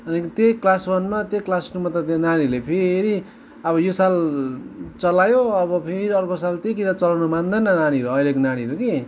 अनि त्यही क्लास वनमा त्यही क्लास टूमा त नानीहरूले फेरि अब यो साल चलायो अब फेरि अर्को साल त्यही किताब चलाउनु मान्दैन नानीहरू अहिलेको नानीहरू कि